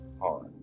hard